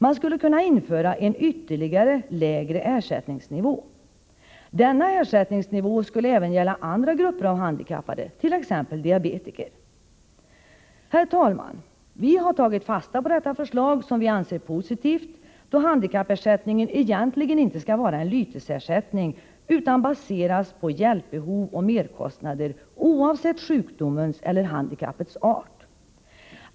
Man skulle kunna införa en ytterligare, lägre ersättningsnivå. Denna ersättningsnivå skulle även gälla andra grupper av handikappade, t.ex. diabetiker. Herr talman! Vi har tagit fasta på detta förslag, som vi anser positivt, då handikappersättningen egentligen inte skall vara en lytesersättning utan baseras på hjälpbehov och merkostnader, oavsett sjukdomens eller handikappets art.